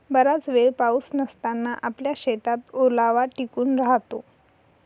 बराच वेळ पाऊस नसताना आपल्या शेतात ओलावा टिकून राहतो